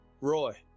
Roy